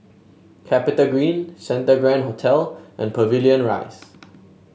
CapitaGreen Santa Grand Hotel and Pavilion Rise